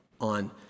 on